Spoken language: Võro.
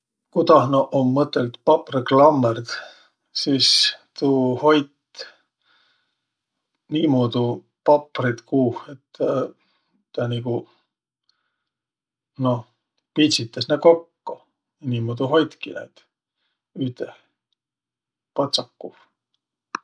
Ku tah noq um mõtõld paprõklammõrd, sis tuu hoit niimuudu paprit kuuh, et tä nigu noh pitsitäs nä kokko. Niimuudu hoitki naid üteh patsakuh.